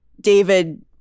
David